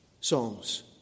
songs